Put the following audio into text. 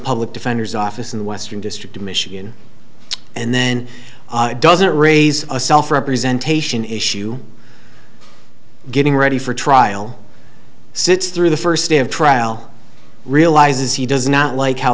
public defender's office in western district of michigan and then doesn't raise a self representation issue getting ready for trial sits through the first day of trial realizes he does not like how